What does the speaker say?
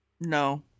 No